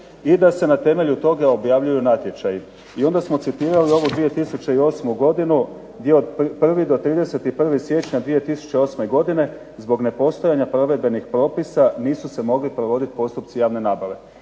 i da se na temelju toga objavljuju natječaji. I onda smo citirali ovu 2008. godinu gdje od 1. do 31. siječnja 2008. godine zbog nepostojanja provedbenih propisa nisu se mogli provoditi postupci javne nabave.